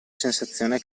sensazione